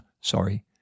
Sorry